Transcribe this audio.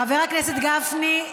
חבר הכנסת גפני,